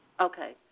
Okay